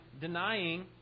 denying